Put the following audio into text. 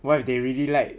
what if they really like